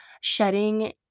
Shedding